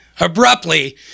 Abruptly